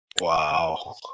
Wow